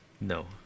No